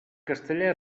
castellà